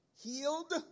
healed